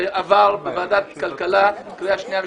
שעבר בוועדת הכלכלה בקריאה שניה ושלישית,